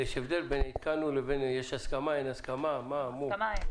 הסכמה אין.